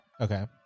Okay